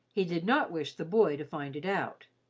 he did not wish the boy to find it out.